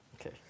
Okay